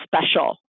special